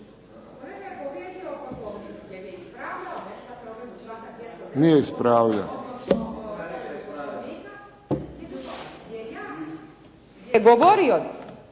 Nije ispravljao.